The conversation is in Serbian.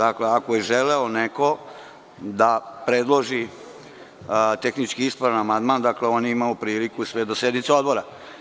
Ako je neko želeo da predloži tehnički ispravan amandman, on je imao priliku sve do sednice odbora.